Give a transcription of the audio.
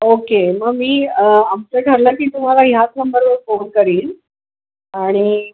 okay मग मी आमचं ठरलं की तुम्हाला ह्याच नंबरवर फोन करीन आणि